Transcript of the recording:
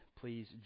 Please